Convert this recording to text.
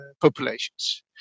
populations